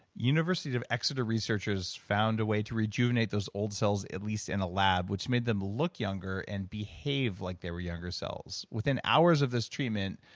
university of exeter researchers found a way to rejuvenate those old cells at least in a lab, which made them look younger and behave like they were younger cells. within hours of this treatment,